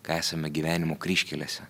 kai esame gyvenimo kryžkelėse